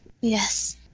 Yes